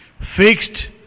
Fixed